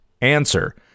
Answer